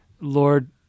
Lord